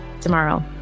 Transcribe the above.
tomorrow